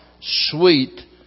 Sweet